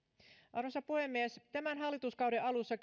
arvoisa puhemies tämän hallituskauden alussa